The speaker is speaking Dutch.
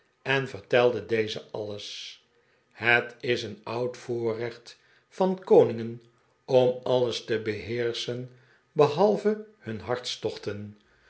en vertelde dezen alles het is een oud voorrecht van koningen om alles te beheerschen behalve hun hartstochten